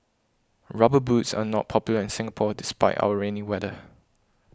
rubber boots are not popular in Singapore despite our rainy weather